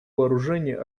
вооружений